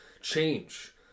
change